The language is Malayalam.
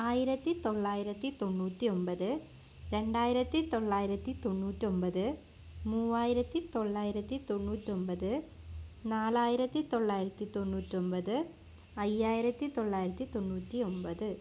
ആയിരത്തി തൊള്ളായിരത്തി തൊണ്ണൂറ്റി ഒൻപത് രണ്ടായിരത്തി തൊള്ളായിരത്തി തൊണ്ണൂറ്റി ഒൻപത് മൂവായിരത്തി തൊള്ളായിരത്തി തൊണ്ണൂറ്റി ഒൻപത് നാലായിരത്തി തൊള്ളായിരത്തി തൊണ്ണൂറ്റി ഒൻപത് അയ്യായിരത്തി തൊള്ളായിരത്തി തൊണ്ണൂറ്റി ഒൻപത്